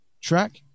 track